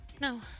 No